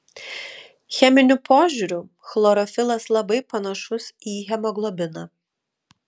cheminiu požiūriu chlorofilas labai panašus į hemoglobiną